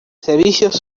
servicios